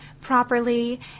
properly